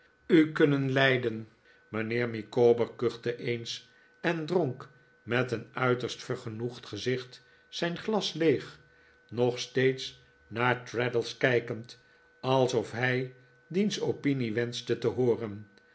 u kunnen leiden mijnheer micawber kuchte eens en dronk met een uiterst vergenoegd gezicht zijn glas leeg nog steeds naar traddles kijkend alsof hij diens opinie wenschte te hooren